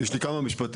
יש לי כמה משפטים.